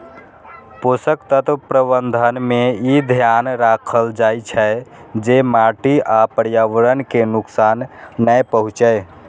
पोषक तत्व प्रबंधन मे ई ध्यान राखल जाइ छै, जे माटि आ पर्यावरण कें नुकसान नै पहुंचै